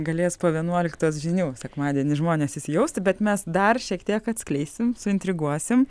galės po vienuoliktos žinių sekmadienį žmonės įsijausti bet mes dar šiek tiek atskleisim suintriguosim